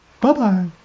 bye-bye